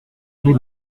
tous